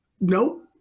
No